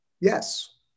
Yes